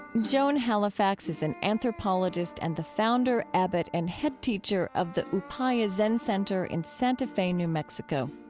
joan halifax is an anthropologist and the founder, abbot and head teacher of the upaya zen center in santa fe, new mexico.